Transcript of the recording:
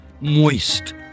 Moist